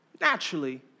naturally